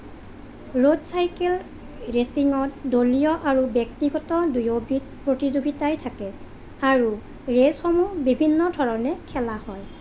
road cycle ৰেচিঙত দলীয় আৰু ব্যক্তিগত দুয়োবিধ প্ৰতিযোগিতাই থাকে আৰু ৰেচসমূহ বিভিন্ন ধৰণে খেলা হয়